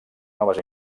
noves